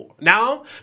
Now